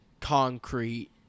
concrete